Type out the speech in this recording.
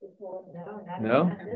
No